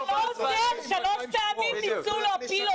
שלוש פעמים ניסו להפיל אותו.